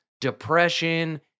depression